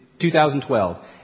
2012